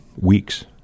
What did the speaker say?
weeks